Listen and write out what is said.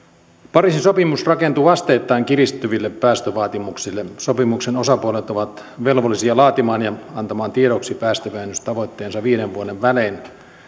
pariisin sopimus rakentuu asteittain kiristyville päästövaatimuksille sopimuksen osapuolet ovat velvollisia laatimaan ja antamaan tiedoksi päästövähennystavoitteensa viiden vuoden välein